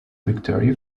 victory